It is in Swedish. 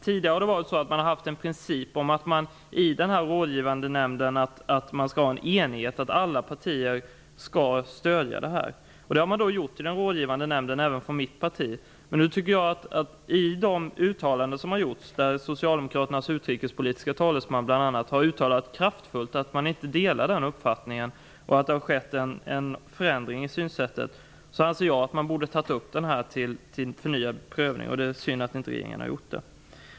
Tidigare har man i den rådgivande nämnden haft en princip om att det skall vara enighet, alla partier skall stödja beslutet. Det har även mitt parti gjort i den rådgivande nämnden. Men nu har det gjorts uttalanden, bl.a. har Socialdemokraternas utrikespolitiska talesman kraftfullt uttalat att han inte delar den uppfattningen. Det har skett en förändring i synsättet. Därför anser jag att detta borde tas upp till förnyad prövning. Det är synd att regeringen inte har gjort det.